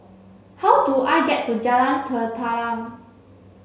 how do I get to Jalan Tenteram